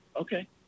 okay